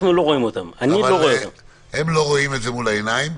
הם לא רואים את זה מול העיניים.